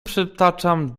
przytaczam